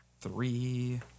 Three